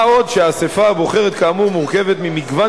מה עוד שהאספה הבוחרת כאמור מורכבת ממגוון